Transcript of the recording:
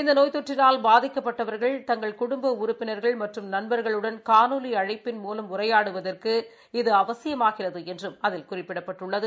இந்த நோய் தொற்றினால் பாதிக்கப்பட்டவர்கள் தங்கள் குடும்ப உறுப்பினர்கள் மற்றும் நண்பர்களுடன் காணொலி அழைப்பின் மூலம் உரையாடுவதற்கு இது அவசியமாகிறது என்றும் அதில் குறிப்பிடப்பட்டுள்ளது